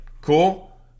cool